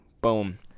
boom